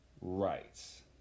rights